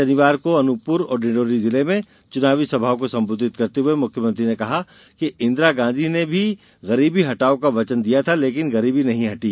शनिवार को अनूपपुर और डिडौंरी जिले में चुनावी सभाओं को संबोधित करते हुए मुख्यमंत्री ने कहा कि इंदिरा गांधी ने भी गरीबी हटाओं का वचन दिया था लेकिन गरीबी नहीं हटी